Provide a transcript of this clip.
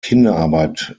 kinderarbeit